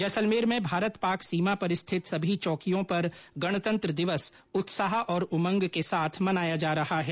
जैसलमेर में भारत पाक सीमा पर स्थित सभी चौकियों पर गणतंत्र दिवस उल्साह और उमंग के साथ मनाया जा रहा है